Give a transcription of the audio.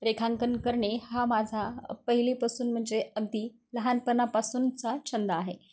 रेखांकन करणे हा माझा पहिल्यापासून म्हणजे अगदी लहानपणापासूनचा छंद आहे